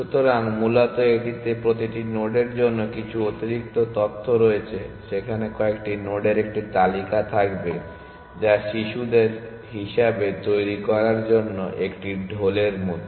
সুতরাং মূলত এটিতে প্রতিটি নোডের জন্য কিছু অতিরিক্ত তথ্য রয়েছে সেখানে কয়েকটি নোডের একটি তালিকা থাকবে যা শিশুদের হিসাবে তৈরি করার জন্য একটি ঢোলের মতো